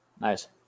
Nice